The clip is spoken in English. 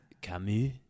Camus